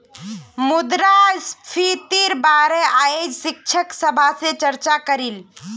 मुद्रास्फीतिर बारे अयेज शिक्षक सभा से चर्चा करिल